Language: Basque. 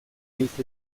inoiz